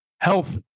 health